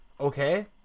Okay